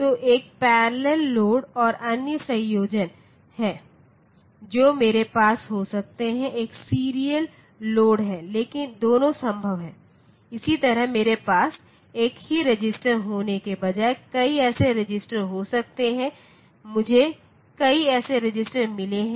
तो एक parallel load और अन्य संयोजन हैं जो मेरे पास हो सकते हैं एक सीरियल लोड है दोनों संभव हैं इसी तरह मेरे पास एक ही रजिस्टर होने के बजाय कई ऐसे रजिस्टर हो सकते हैं मुझे कई ऐसे रजिस्टर मिले हैं